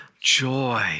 joy